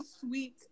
sweet